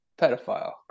pedophile